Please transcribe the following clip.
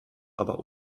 aber